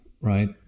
right